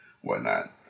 whatnot